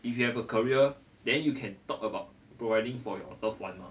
if you have a career then you can talk about providing for your loved one mah